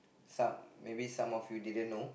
some maybe some of you didn't know